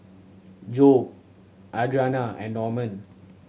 Jobe Adriana and Normand